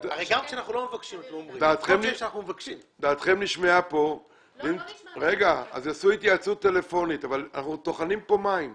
שם בעצם כל נושא הארנונה וקביעתה נקבע וגם שם יש את ההסמכה מי זכאים